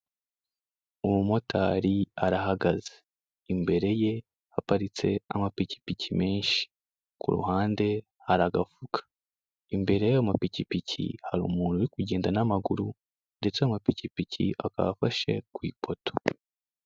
Umumotari arahagaze, imbere ye haparitse amapikipiki menshi ku ruhande haragafuka, imbere y'a mapikipiki hari umuntu uri kugenda n'amaguru ndetse amapikipiki akaba afashe ku ipoto.